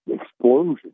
explosion